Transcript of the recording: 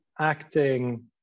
acting